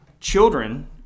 children